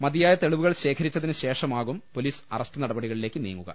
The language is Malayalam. മതിയായ തെളിവുകൾ ശേഖരിച്ചതിന് ശേഷമാകും പൊലീസ് അറസ്റ്റ് നടപടികളിലേക്ക് നീങ്ങുക